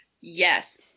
Yes